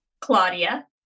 Claudia